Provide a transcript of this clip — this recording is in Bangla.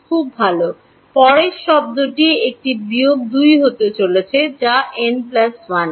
Δx খুব ভাল পরের শব্দটি একটি বিয়োগ 2 হতে চলেছে যা n 1 ডান